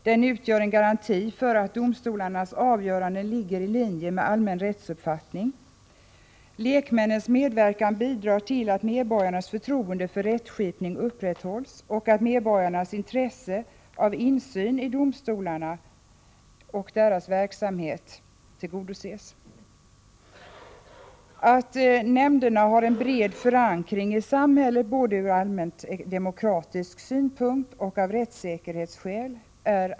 Den utgör en garanti för att domstolarnas avgöranden ligger i linje med allmän rättsuppfattning. Lekmännens medverkan bidrar till att medborgarnas förtroende för rättsskipning upprätthålls och att medborgarnas intresse av insyn i domstolarna och deras verksamhet tillgodoses. Det är angeläget att nämnderna har en bred förankring i samhället, både ur allmänt demokratisk synpunkt och av rättssäkerhetsskäl.